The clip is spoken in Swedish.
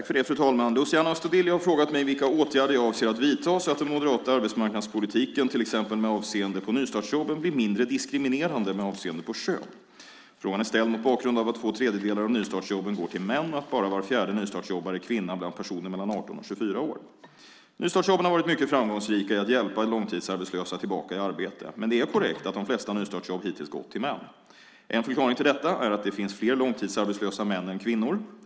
Fru talman! Luciano Astudillo har frågat mig vilka åtgärder jag avser att vidta så att den moderata arbetsmarknadspolitiken, till exempel med avseende på nystartsjobben, blir mindre diskriminerande med avseende på kön. Frågan är ställd mot bakgrund av att två tredjedelar av nystartsjobben går till män och att bara var fjärde nystartsjobbare är kvinna bland personer mellan 18 och 24 år. Nystartsjobben har varit mycket framgångsrika i att hjälpa långtidsarbetslösa tillbaka i arbete. Men det är korrekt att de flesta nystartsjobb hittills har gått till män. En förklaring till detta är att det finns fler långtidsarbetslösa män än kvinnor.